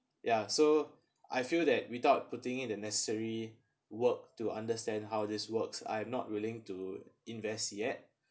ya so I feel that without putting in the necessary work to understand how this works I'm not willing to invest yet